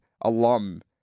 alum